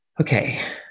Okay